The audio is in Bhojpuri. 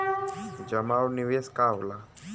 जमा और निवेश का होला?